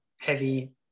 heavy